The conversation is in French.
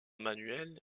manuels